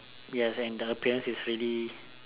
yes and the appearance is really